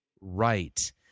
Right